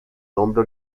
nombre